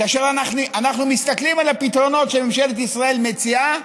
כאשר אנחנו מסתכלים על הפתרונות שממשלת ישראל מציעה,